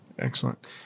Excellent